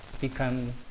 become